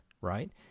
right